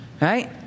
Right